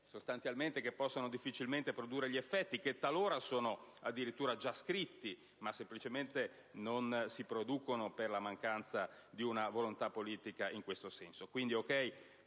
possano comunque difficilmente produrre gli effetti, che talora addirittura sono già scritti, ma che semplicemente non si producono per la mancanza di una volontà politica in questo senso.